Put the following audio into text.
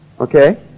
Okay